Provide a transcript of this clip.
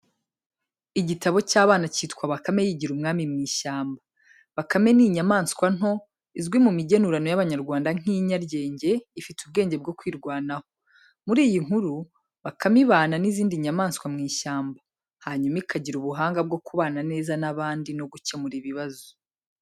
Igitabo cy’abana cyitwa bakame yigira umwami w’ishyamba. Bakame ni inyamaswa nto izwi mu migenurano y’Abanyarwanda nk’inyaryenge, ifite ubwenge bwo kwirwanaho. Muri iyi nkuru, Bakame ibana n’izindi nyamaswa mu ishyamba, hanyuma ikagira ubuhanga bwo kubana neza n’abandi no gukemura ibibazo.